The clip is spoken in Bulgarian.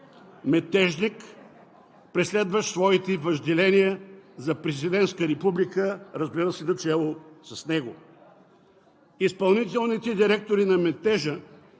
метежник, преследващ своите въжделения за президентска република, разбира се, начело с него; изпълнителните директори на метежа,